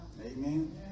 amen